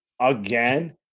again